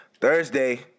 Thursday